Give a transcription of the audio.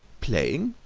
playing!